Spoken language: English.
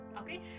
okay